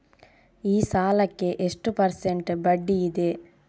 ಈ ಸಾಲಕ್ಕೆ ಎಷ್ಟು ಪರ್ಸೆಂಟ್ ಬಡ್ಡಿ ಇದೆ?